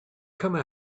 come